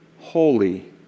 holy